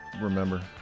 remember